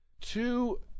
Two